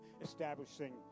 establishing